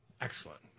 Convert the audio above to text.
Excellent